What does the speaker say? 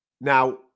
Now